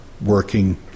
working